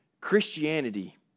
Christianity